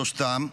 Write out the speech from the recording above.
שלושתם,